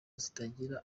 zitagira